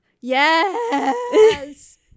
Yes